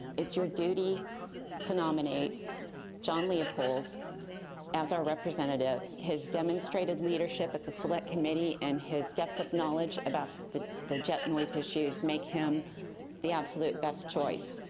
it's your duty to nominate john leopold as our representative. his demonstrated leadership at the select committee and his depth of knowledge about the the jet noise issues make him the absolute best choice.